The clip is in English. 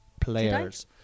players